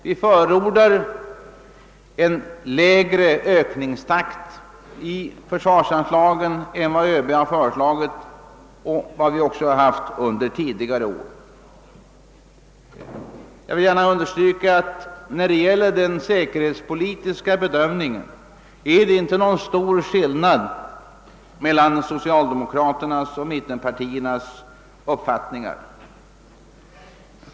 Vi förordar en lägre ökningstakt i försvarsanslagen än vad ÖB har föreslagit och även lägre än den som förekommit under tidigare år. Jag vill gärna understryka att det beträffande den säkerhetspolitiska bedömningen inte är någon större skillnad mellan socialdemokraternas och mittenpartiernas uppfattningar.